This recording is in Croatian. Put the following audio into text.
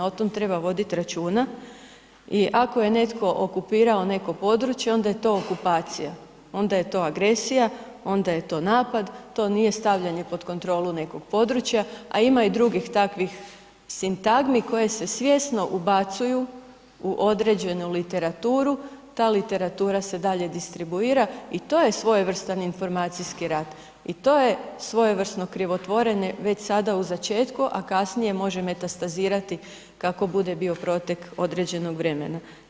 O tome treba voditi računa i ako je netko okupirao neko područje onda je to okupacija, onda je to agresija, onda je to napad, to nije stavljanje pod kontrolu nekog područja, a ima i drugih takvih sintagmi koje se svjesno ubacuju u određenu literaturu, ta literatura se dalje distribuira i to je svojevrstan informacijski rat i to je svojevrsno krivotvorenje već sada u začetku, a kasnije može metastazirati kako bude bio protek određenog vremena.